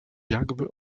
jakby